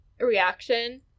reaction